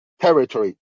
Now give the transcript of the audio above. territory